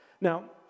Now